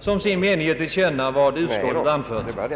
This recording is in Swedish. som sin mening ge till känna vad utskottet anfört.